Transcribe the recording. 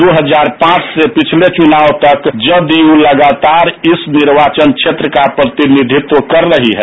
दो हजार पांच से पिछले चुनाव तक जदयू लगातार इस निर्वाचन क्षेत्र का प्रतिनिधित्व कर रही है